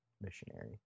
missionary